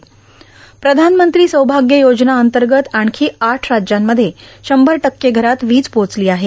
प्रधानमंत्री सौभाग्य योजना अंतगत आणखी आठ राज्यांमधे शंभर टक्के घरांत वीज पोहोचलां आहे